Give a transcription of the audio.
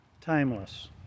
timeless